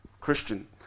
Christian